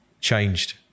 changed